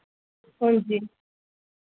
हांजी